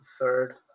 third